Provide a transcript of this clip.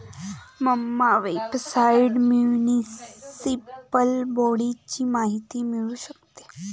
Emma वेबसाइटवर municipal बाँडची माहिती मिळू शकते